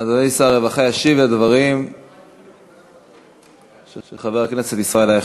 אדוני שר הרווחה ישיב על הדברים של חבר הכנסת ישראל אייכלר,